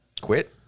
Quit